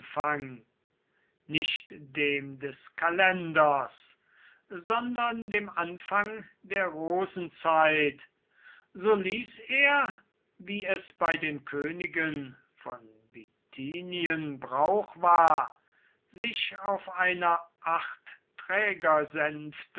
nicht dem des kalenders sondern dem anfang der rosenzeit so ließ er wie es bei den königen von bithynien brauch war sich auf einer